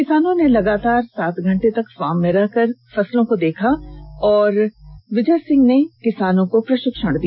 किसानों ने लगातार सात घंटे तक फार्म में रहकर फसलों को देखा और विजय सिंह ने किसानों को प्रशिक्षण दिया